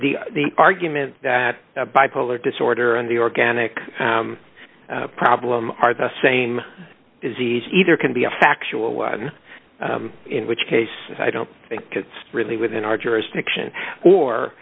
me the argument that bipolar disorder and the organic problem are the same is easy either can be a factual one in which case i don't think it's really within our jurisdiction or